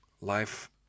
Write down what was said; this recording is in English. life